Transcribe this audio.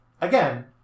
again